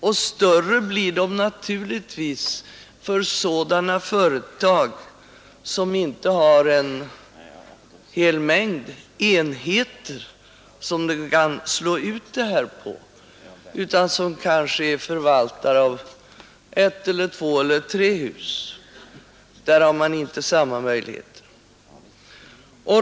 Och större blir dessa svårigheter för sådana företag vilka inte har en hel mängd enheter som de kan slå ut detta på utan som kanske är förvaltare av ett, två eller tre hus. Där har man inte samma möjligheter.